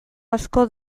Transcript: asko